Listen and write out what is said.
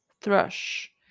thrush